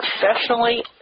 professionally